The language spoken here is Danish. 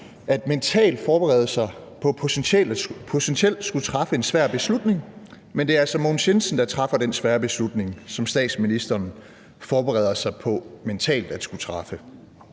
på mentalt at forberede sig på potentielt at skulle træffe en svær beslutning, men det er altså Mogens Jensen, der træffer den svære beslutning, som statsministeren forbereder sig mentalt på at skulle træffe.